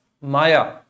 Maya